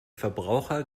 verbraucher